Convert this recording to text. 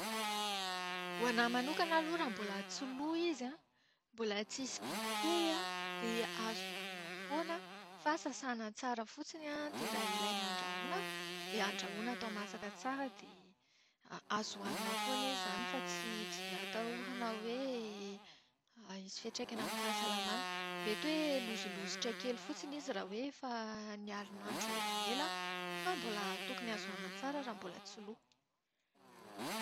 Ho anahy manokana raha mbola tsy lo izy an, mbola tsisy bibikely an, dia azo hohanina foana fa sasàna tsara fotsiny an dia raha ilaina andrahoina dia andrahoina atao masaka tsara dia azo hohanina foana izy izany fa tsy dia atahorana hoe hisy fiantraikany amin'ny fahasalamàna. Mety hoe lozolozotra kely fotsiny izy raha hoe efa nialon'andro elaela fa mboal tokony ho azo hohanina tsara raha mbola tsy lo.